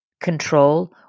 control